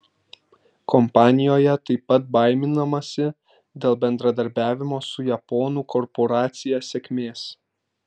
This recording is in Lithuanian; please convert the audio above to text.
kompanijoje taip pat baiminamasi dėl bendradarbiavimo su japonų korporacija sėkmės